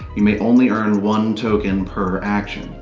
you may only earn one token per action.